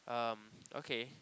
um okay